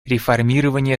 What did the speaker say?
реформирования